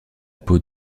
peau